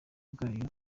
bwayo